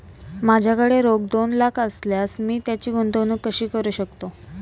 माझ्याकडे रोख दोन लाख असल्यास मी त्याची गुंतवणूक कशी करू शकतो?